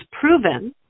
proven